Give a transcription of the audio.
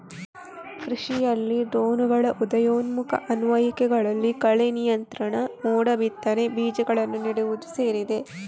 ಕೃಷಿಯಲ್ಲಿ ಡ್ರೋನುಗಳ ಉದಯೋನ್ಮುಖ ಅನ್ವಯಿಕೆಗಳಲ್ಲಿ ಕಳೆ ನಿಯಂತ್ರಣ, ಮೋಡ ಬಿತ್ತನೆ, ಬೀಜಗಳನ್ನು ನೆಡುವುದು ಸೇರಿದೆ